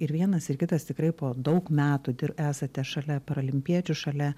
ir vienas ir kitas tikrai po daug metų dir esate šalia paralimpiečių šalia